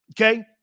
Okay